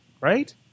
Right